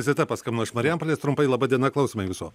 zita paskambino iš marijampolės trumpai laba diena klausome jūsų